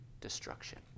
destruction